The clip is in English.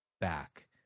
back